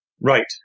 Right